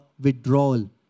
withdrawal